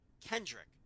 Kendrick